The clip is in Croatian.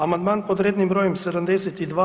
Amandman pod rednim brojem 72.